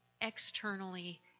externally